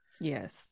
Yes